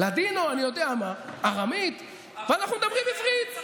צרפתים לא מדברים אנגלית בהגדרה.